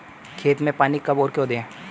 खेत में पानी कब और क्यों दें?